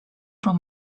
from